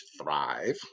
thrive